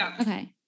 Okay